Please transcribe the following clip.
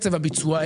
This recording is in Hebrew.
הביצוע.